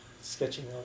sketching